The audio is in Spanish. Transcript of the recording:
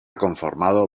conformado